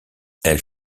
elle